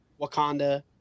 Wakanda